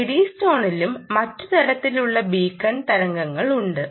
എഡ്ഡിസ്റ്റോണിലും മറ്റ് തരത്തിലുള്ള ബീക്കൺ തരങ്ങളുണ്ട്